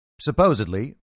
supposedly